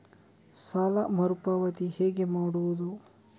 ಸಾಲದ ಮರು ಪಾವತಿ ಹೇಗೆ?